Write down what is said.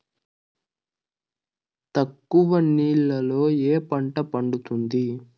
తక్కువ నీళ్లతో ఏ పంట పండుతుంది?